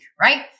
right